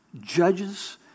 judges